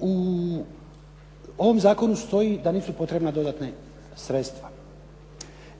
U ovom zakonu stoji da nisu potrebna dodatna sredstva.